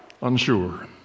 unsure